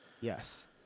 yes